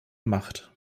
macht